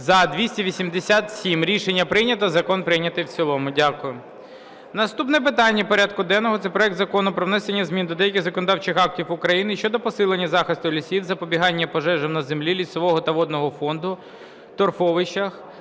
За-287 Рішення прийнято. Закон прийнятий в цілому. Дякую. Наступне питання порядку денного – це проект Закону про внесення змін до деяких законодавчих актів України щодо посилення захисту лісів, запобігання пожежам на землях лісового та водного фонду, торфовищах